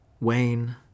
Wayne